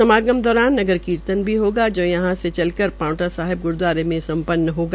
समागम दौरान नगर कीर्तन भी होगा जो यहां से चल कर पांवटा साहिब ग्रूदवारे में संपन्न होगा